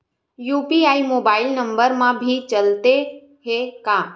UPI mobile number मा भी चलते हे का?